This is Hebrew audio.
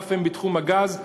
אף הם בתחום הגז,